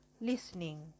listening